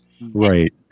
Right